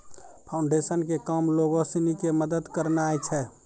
foundation के काम लोगो सिनी के मदत करनाय छै